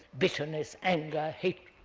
bitterness, anger, hate,